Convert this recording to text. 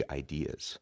ideas